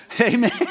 Amen